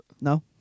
No